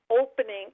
opening